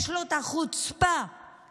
יש לו את החוצפה להגיד